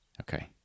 Okay